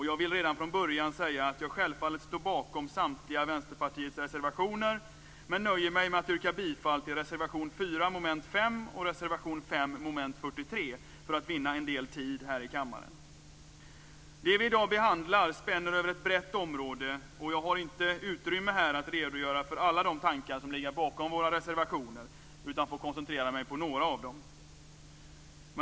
Jag vill redan från början säga att jag självfallet står bakom samtliga Vänsterpartiets reservationer men nöjer mig med att yrka bifall till reservation 4 under mom. 5 och reservation 5 under mom. 43 för att vinna en del tid här i kammaren. Det som vi i dag behandlar spänner över ett brett område, och jag har här inte utrymme för att redogöra för alla de tankar som ligger bakom våra reservationer utan får koncentrera mig på några av dem.